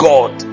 God